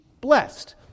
blessed